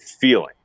feeling